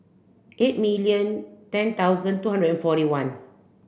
eight million ten thousand two hundred and forty one